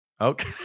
Okay